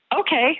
okay